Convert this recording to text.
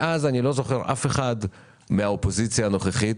אני לא זוכר אף אחד מהאופוזיציה הנוכחית